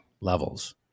levels